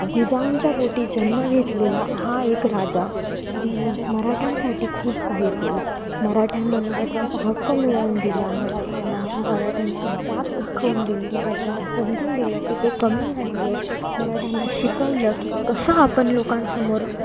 जिजाऊंच्या पोटी जन्म घेतलेला हा एक राजा ज्याने मराठ्यांसाठी खूप काही केलं मराठ्यांना मराठ्यांचा हक्क मिळवून दिला मराठ्यांना मराठ्यांची जात दाखवून दिली मराठ्यांना समजून दिलं की ते कमी नाहीये मराठ्यांना शिकवलं की कसं आपण लोकांसमोर